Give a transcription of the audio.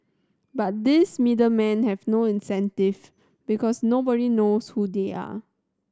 but these middle men have no incentive because nobody knows who they are